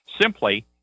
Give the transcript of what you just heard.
simply